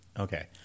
Okay